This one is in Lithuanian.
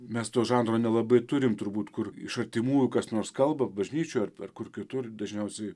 mes to žanro nelabai turim turbūt kur iš artimųjų kas nors kalba bažnyčioj ar per kur kitur dažniausiai